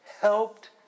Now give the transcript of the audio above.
helped